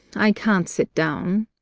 i can't sit down.